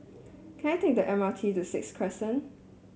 can I take the M R T to Sixth Crescent